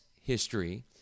history